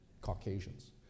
Caucasians